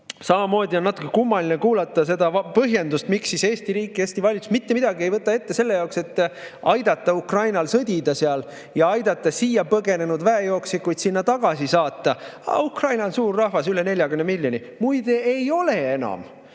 saab. Samamoodi on natuke kummaline kuulata seda põhjendust, miks siis Eesti riik, Eesti valitsus mitte midagi ei võta ette selle jaoks, et aidata Ukrainal sõdida ja aidata siia põgenenud väejooksikuid sinna tagasi saata. "Aga ukrainlased on suur rahvas, üle 40 miljoni." Muide, ei ole enam.